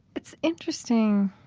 it's interesting.